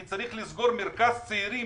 אני צריך לסגור מרכז צעירים